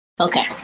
Okay